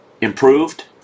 improved